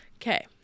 okay